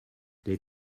les